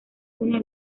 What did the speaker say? una